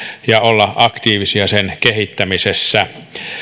ja olla aktiivisia sen kehittämisessä